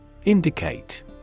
Indicate